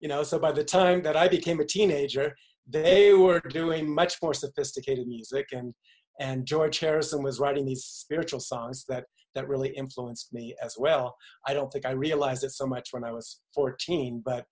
you know so by the time that i became a teenager they were doing much more sophisticated music and and george harrison was writing these spiritual songs that that really influenced me as well i don't think i realized it so much when i was fourteen but